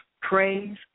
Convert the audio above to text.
praise